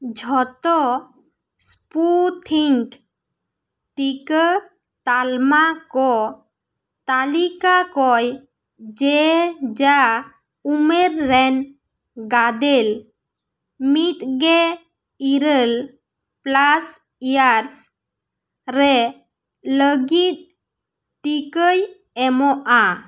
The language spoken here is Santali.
ᱡᱷᱚᱛᱚ ᱥᱯᱩᱴᱱᱤᱠ ᱴᱤᱠᱟᱹ ᱛᱟᱞᱢᱟ ᱠᱚ ᱛᱟᱞᱤᱠᱟ ᱠᱚᱭ ᱡᱮᱡᱟ ᱩᱢᱮᱨ ᱨᱮᱱ ᱜᱟᱫᱮᱞ ᱢᱤᱫᱜᱮ ᱤᱨᱟᱹᱞ ᱯᱞᱟᱥ ᱤᱭᱟᱨᱥ ᱨᱮ ᱞᱟᱹᱜᱤᱫ ᱴᱤᱠᱟᱹᱭ ᱮᱢᱚᱜᱼᱟ